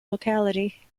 locality